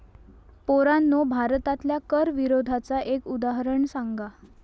पोरांनो भारतातल्या कर विरोधाचा एक उदाहरण सांगा